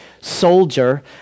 soldier